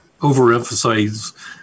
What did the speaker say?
overemphasize